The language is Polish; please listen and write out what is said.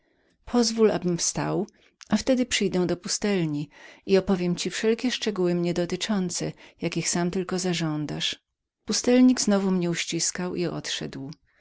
pozwól abym wstał a wtedy przyjdę do pustelni i opowiem ci wszelkie szczegóły mnie dotyczące jakich sam tylko zażądasz pustelnik znowu mnie uściskał i odszedł